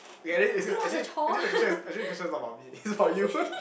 okay at least actually actually the questions is actually the question is not about me is about you